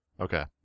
Okay